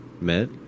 met